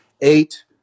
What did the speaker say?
eight